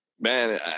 man